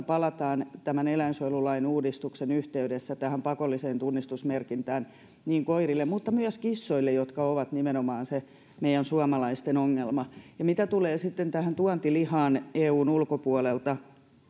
palataan tämän eläinsuojelulain uudistuksen yhteydessä pakolliseen tunnistusmerkintään niin koirille kuin myös kissoille jotka ovat nimenomaan se meidän suomalaisten ongelma ja mitä tulee sitten tähän tuontilihaan eun ulkopuolelta